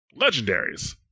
legendaries